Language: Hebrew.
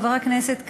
חבר הכנסת כץ.